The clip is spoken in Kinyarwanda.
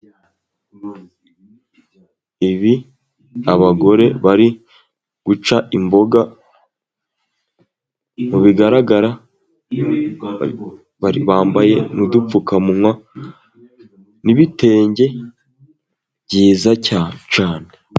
Ibi abagore bari guca imboga mu bigaragara bambaye n'udupfukamunwa n'ibitenge byiza cyane.